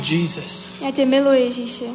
Jesus